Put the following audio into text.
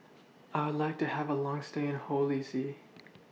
I Would like to Have A Long stay in Holy See